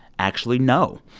actually, no.